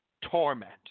torment